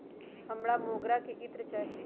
हमरा मोगरा के इत्र चाही